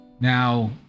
Now